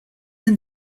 them